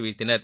வீழ்த்தினர்